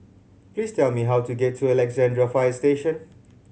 please tell me how to get to Alexandra Fire Station